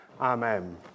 Amen